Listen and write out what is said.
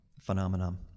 phenomenon